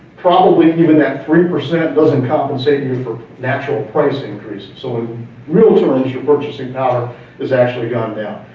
probably even at three percent doesn't compensate you for natural price increases so in real terms, your purchasing power is actually gone down,